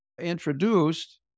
introduced